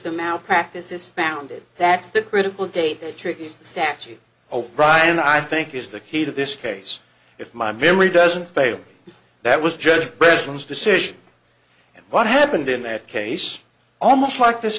the malpractise is founded that's the critical date the trickiest statute o'brian i think is the key to this case if my memory doesn't fail that was just president's decision and what happened in that case almost like this